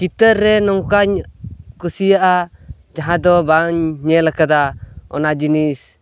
ᱪᱤᱛᱟᱹᱨ ᱨᱮ ᱱᱚᱝᱠᱟᱧ ᱠᱩᱥᱤᱭᱟᱜᱼᱟ ᱡᱟᱦᱟᱸᱫᱚ ᱵᱟᱧ ᱧᱮᱞ ᱟᱠᱟᱫᱟ ᱚᱱᱟ ᱡᱤᱱᱤᱥ